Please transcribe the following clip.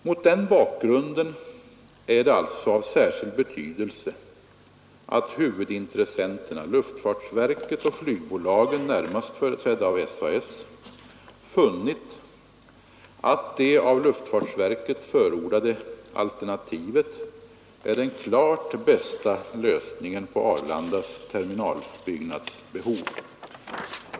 Mot den bakgrunden är det alltså av särskild betydelse att huvudin tressenterna, luftfartsverket och flygbolagen — närmast företrädda av SAS — funnit att det av luftfartsverket förordade alternativet är den klart bästa lösningen på Arlandas terminalbyggnadsbehov.